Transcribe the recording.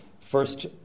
First